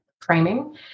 framing